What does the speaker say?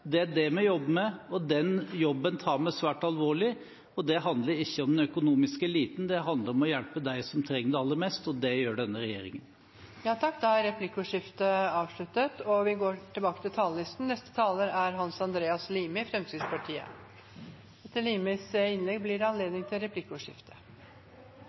Det er det vi jobber med, og den jobben tar vi svært alvorlig. Det handler ikke om den økonomiske eliten, det handler om å hjelpe dem som trenger det aller mest, og det gjør denne regjeringen. Replikkordskiftet er omme. Et samfunn i omstilling krever endringsvillige politikere. Jeg vokste opp i en tid da vi bare kunne se film på tv på mandager, da Fjernsynsteateret var eneste alternativ på tirsdager, og